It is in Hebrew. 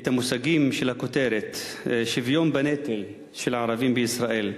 את המושגים של הכותרת: "שוויון בנטל של הערבים בישראל".